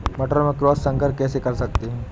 मटर में क्रॉस संकर कैसे कर सकते हैं?